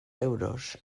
euros